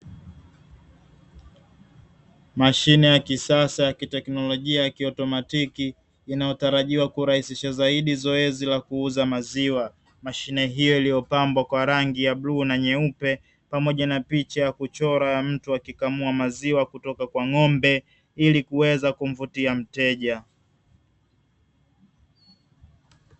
Mashine ya kisasa ya kiteknolojia ya kiautomatiki inayo tarajiwa kurahisisha zaidi zoezi la kuuza maziwa, mashine hio iliyo pambwa kwa rangi ya bluu na nyeupe pamoja na picha ya kuchora ya mtu akikamua maziwa kutoka kwa ng'ombe ili kuweza kumvutia mteja.